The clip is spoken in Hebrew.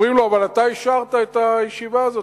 אומרים לו: אבל אתה אישרת את הישיבה הזאת,